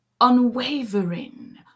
unwavering